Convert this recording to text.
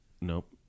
Nope